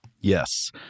Yes